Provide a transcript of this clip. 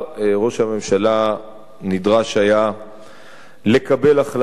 ראש הממשלה נדרש היה לקבל החלטה.